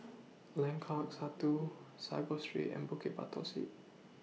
Lengkok Satu Sago Street and Bukit Batok Say